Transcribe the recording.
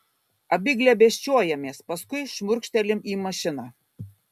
abi glėbesčiuojamės paskui šmurkštelim į mašiną